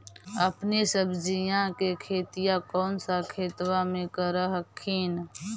अपने सब्जिया के खेतिया कौन सा खेतबा मे कर हखिन?